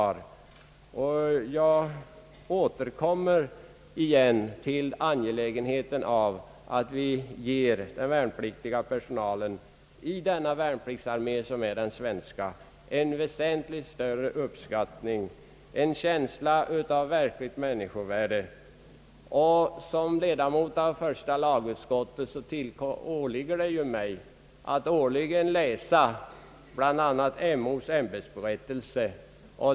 Men jag återkommer till angelägenheten av att vi ger personalen i den värnpliktsarmé, som är vårt svenska försvar, en väsentligt större uppskattning, en känsla av verkligt människovärde, Det åligger mig som ledamot av första lagutskottet att årligen läsa bl.a. MO:s ämbetsberättelse.